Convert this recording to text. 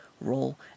role